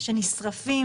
שנשרפים,